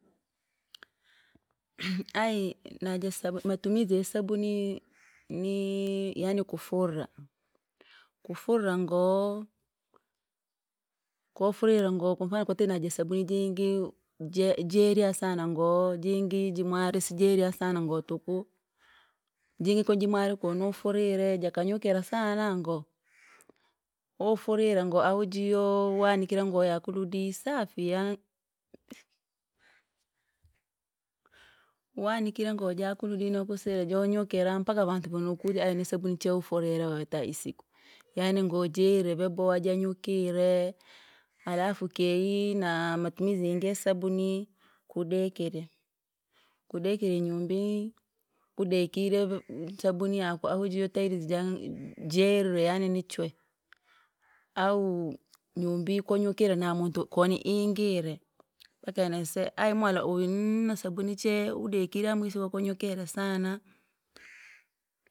ayi naja sab- matumizi ya sabuni, nii yaan kufurira, kufurira ngoo, koo ufurire ngoo kwa mfano kwatite naja sabuni jingi, je- jerya sana ngoo, jingi jimwasi sijerya sana ngoo tuku, jingi ko jimware ko nofurire jakanyukire sana ngoo. ko wafurire ngoa au jiyo wanikire ngoo yaku ludihi safu yaani, wanikire ngoo jaku ludihi nakusire jonyukira mpaka vantu vanokurya ajini sabuni che witfurire weeta isiko. Yaani ngoo jerire vyaboha janyukire, alafu keyi na matumizi yingi ya sabuni, kudekerya, kudekerya inyumba, kudekirya vya- sabuni yakuahu aujiyo tairizi ja- jerire yaan ni chwee. Au nyumba kwa- nyukire na muntu kon- iingire, mpaka eneseya ayi mwala uyu ni na subuni chee udekirye amu isiko kwanyukire sana.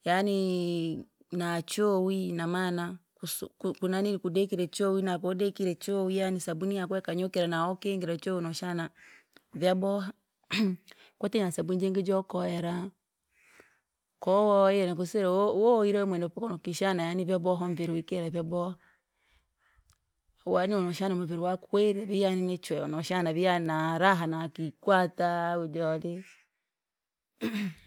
Yaan! Na chowi inamana, kusi kunanilia kudekerya chowi na kudekirye chowi yaani sabuni yaku yakunyukia na wakingira chowi wonoshana vyaboha, kwatite nasubuni jingi jokowera, kowoyire nakusire wo- woyire wemwenevo kuno wokishana yaani vyaboha umviri wikire vyaboha, wanyo noshana muviri wako werire yaan nichwee wanoshana vi yaan na raha nakikwata au jole.